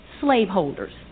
slaveholders